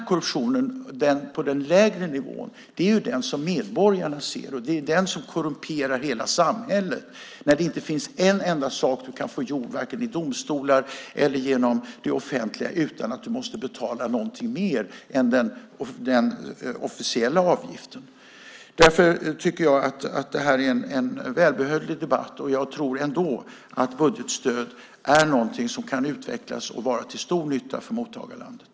Korruptionen på den lägre nivån är den som medborgarna ser, och det är när hela samhället är korrumperat, när det inte finns en enda sak du kan få gjord vare sig i domstolar eller genom det offentliga utan att du måste betala någonting mer än den officiella avgiften. Därför tycker jag att det här är en välbehövlig debatt. Jag tror ändå att budgetstöd är någonting som kan utvecklas och vara till stor nytta för mottagarlandet.